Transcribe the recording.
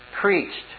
preached